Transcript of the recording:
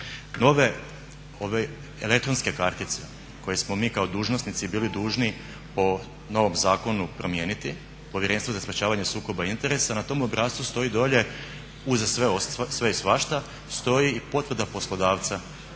ove elektronske kartice koje smo mi kao dužnosnici bili dužni po novom zakonu promijeniti, Povjerenstvo za sprječavanje sukoba interesa na tomu obrascu stoji dolje uz sve i svašta, stoji i potvrda poslodavca.